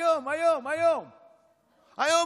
היום, היום, היום.